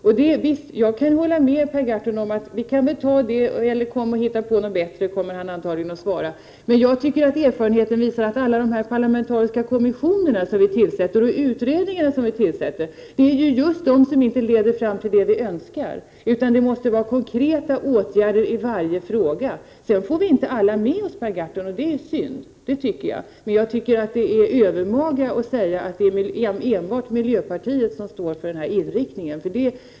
Per Gahrton svarar antagligen att vi skall hitta på något bättre, men erfarenheten visar att alla parlamentariska kommissioner och utredningar som tillsätts inte leder fram till det som är önskvärt. Det måste vidtas konkreta åtgärder i varje fråga. Sedan får vi inte alla med oss, Per Gahrton, och det är synd. Det är ändå övermaga att säga att det är enbart miljöpartiet som står för denna inriktning.